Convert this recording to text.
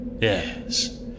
Yes